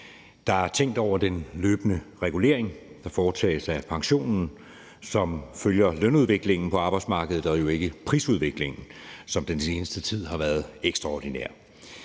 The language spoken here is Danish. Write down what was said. Der er tænkt over den løbende regulering, der foretages af pensionen, som følger lønudviklingen på arbejdsmarkedet og jo ikke prisudviklingen, som den seneste tid har været ekstraordinær.